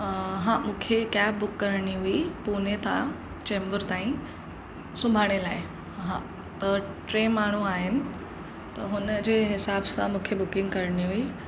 हा मूंखे cab book करणी हुई पुने खां चेंबूर ताईं सुभाणे लाइ हा त टे माण्हू आहिनि त हुनजे हिसाब सां मूंखे बुकिंग करणी हुई